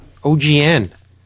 OGN